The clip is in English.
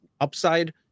Upside